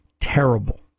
terrible